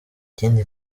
ikindi